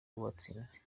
watsinze